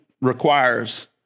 requires